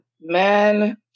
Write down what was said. man